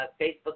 Facebook